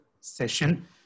session